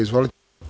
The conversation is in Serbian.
Izvolite.